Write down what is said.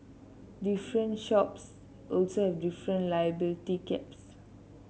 different shops also have different liability caps